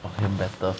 mmhmm better